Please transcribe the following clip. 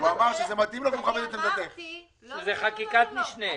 שזה חקיקת משנה.